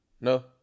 No